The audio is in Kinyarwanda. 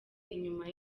inyuma